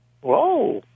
Whoa